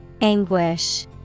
Anguish